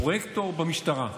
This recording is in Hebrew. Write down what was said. פרויקטור במשטרה.